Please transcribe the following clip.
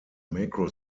macro